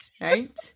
Right